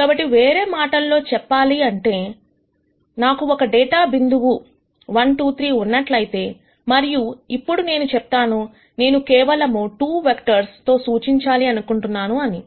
కాబట్టి వేరే మాటలో చెప్పాలి అంటే నాకు ఒక డేటా యొక్క బిందువు 1 2 3 ఉన్నట్లయితే మరియు ఇప్పుడు నేను చెప్తాను నేను కేవలం 2 వెక్టర్స్ తో సూచించాలి అనుకుంటున్నాను అని